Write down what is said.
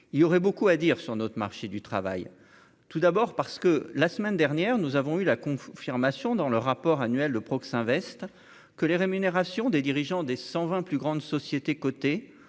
il y aurait beaucoup à dire sur notre marché du travail, tout d'abord parce que la semaine dernière, nous avons eu la confirmation dans le rapport annuel le Proxinvest que les rémunérations des dirigeants des 120 plus grandes sociétés cotées